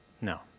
No